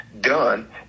done